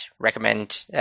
recommend